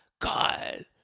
God